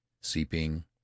seeping